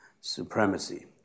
supremacy